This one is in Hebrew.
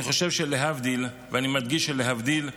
אני חושב שלהבדיל, ואני מדגיש שלהבדיל,